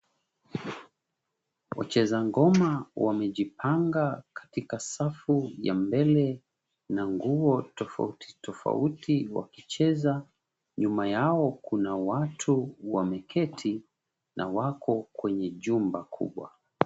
Wacheza ngoma wamejipanga katika safu ya mbele na nguo tofauti tofauti wakicheza. Nyuma yao kuna watu wameketi na wako kwenye jumba kubwa.